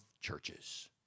churches